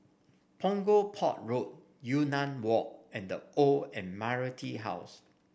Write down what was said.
Punggol Port Road Yunnan Walk and The Old Admiralty House